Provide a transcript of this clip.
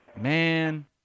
Man